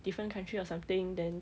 different country or something then